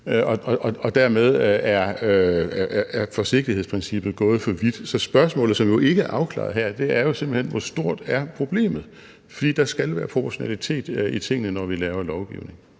og dermed er forsigtighedsprincippet gået for vidt. Så spørgsmålet, som jo ikke er afklaret her, er simpelt hen: Hvor stort er problemet? For der skal være proportionalitet i tingene, når vi laver lovgivning.